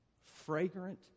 fragrant